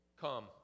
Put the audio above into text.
Come